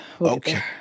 okay